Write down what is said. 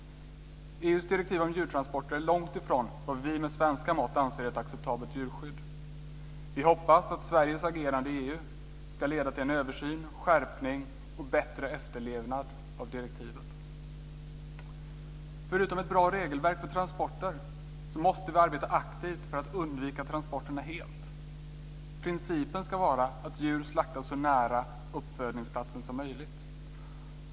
EU:s direktiv om djurtransporter är långt ifrån vad vi med svenska mått anser vara ett acceptabelt djurskydd. Vi hoppas att Sveriges agerande i EU ska leda till en översyn, till en skärpning och till bättre efterlevnad av direktivet. Förutom ett bra regelverk för transporter måste vi arbeta aktivt för att undvika transporterna helt. Principen ska vara att djur slaktas så nära uppfödningsplatsen som möjligt.